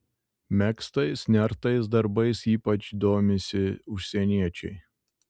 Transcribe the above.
megztais nertais darbais ypač domisi užsieniečiai